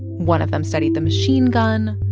one of them studied the machine gun.